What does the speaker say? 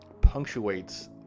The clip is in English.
punctuates